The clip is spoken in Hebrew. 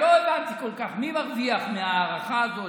לא הבנתי כל כך מי מרוויח מהארכה הזאת,